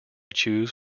choose